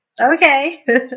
Okay